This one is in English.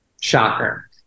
Shocker